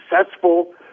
successful